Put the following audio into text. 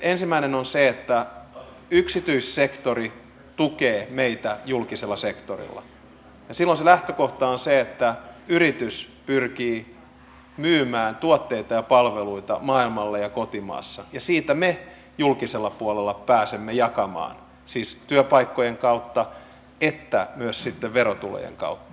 ensimmäinen on se että yksityissektori tukee meitä julkisella sektorilla ja silloin lähtökohta on se että yritys pyrkii myymään tuotteita ja palveluita maailmalla ja kotimaassa ja siitä me julkisella puolella pääsemme jakamaan siis sekä työpaikkojen että myös sitten verotulojen kautta